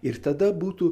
ir tada būtų